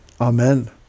Amen